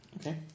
Okay